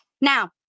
Now